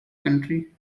country